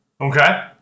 Okay